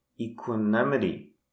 equanimity